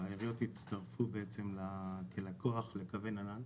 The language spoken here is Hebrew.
והעיריות הצטרפו בעצם כלקוח לקווי הנל"ן.